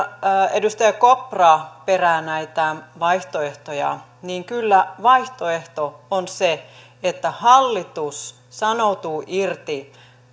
edustaja kopra perää näitä vaihtoehtoja kyllä vaihtoehto on se että hallitus sanoutuu irti